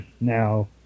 Now